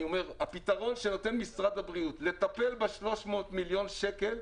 אני אומר: הפתרון שנותן משרד הבריאות לטפל ב-300 מיליון שקל,